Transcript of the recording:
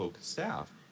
staff